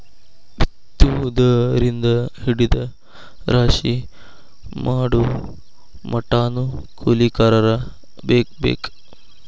ಬಿತ್ತುದರಿಂದ ಹಿಡದ ರಾಶಿ ಮಾಡುಮಟಾನು ಕೂಲಿಕಾರರ ಬೇಕ ಬೇಕ